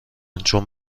چون